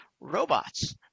robots